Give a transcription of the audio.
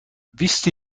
wisst